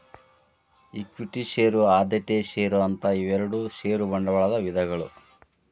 equity share ಆದ್ಯತೆಯ share ಅಂತ ಇವೆರಡು ಷೇರ ಬಂಡವಾಳದ ವಿಧಗಳು